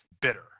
bitter